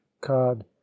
cod